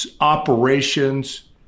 operations